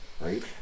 Right